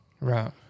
right